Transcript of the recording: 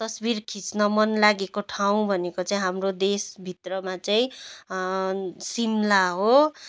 तस्बिर खिच्न मन लागेको ठाउँ भनेको चाहिँ हाम्रो देशभित्रमा चाहिँ सिमला हो